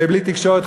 ובלי תקשורת,